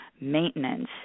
maintenance